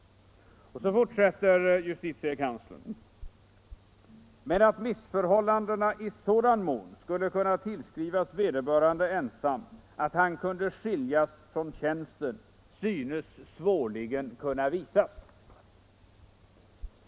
Och så fortsätter justitiekanslern: ”Men att missförhållandena i sådan mån skulle kunna tillskrivas vederbörande ensam att han kunde skiljas från tjänsten synes svårligen kunna visas.